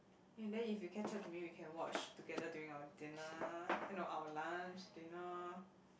and then if you catch up to me we can watch together during our dinner eh no our lunch dinner